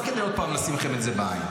לא כדי עוד פעם לשים לכם את זה בעין,